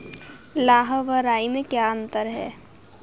लाह व राई में क्या अंतर है?